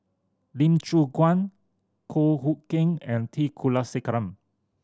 Lee Choon Guan Goh Hood Keng and T Kulasekaram